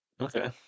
Okay